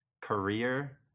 career